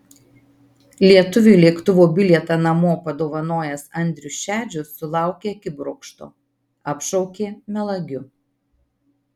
lietuviui lėktuvo bilietą namo padovanojęs andrius šedžius sulaukė akibrokšto apšaukė melagiu